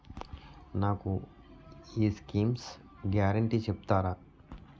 నాకు ఈ schemes guarantee చెప్తారా?